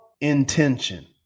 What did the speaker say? intention